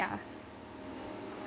yeah